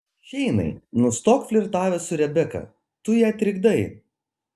šeinai nustok flirtavęs su rebeka tu ją trikdai